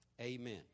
amen